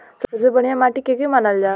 सबसे बढ़िया माटी के के मानल जा?